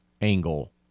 angle